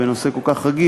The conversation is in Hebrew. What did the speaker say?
בנושא כל כך רגיש,